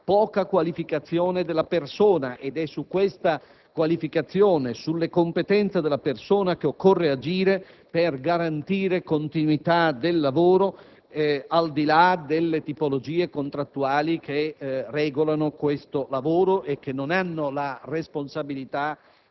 poca qualificazione della persona, ed è su questa qualificazione, sulle competenze della persona, che occorre agire per garantire continuità del lavoro, al di là delle tipologie contrattuali che lo regolano e che non hanno la responsabilità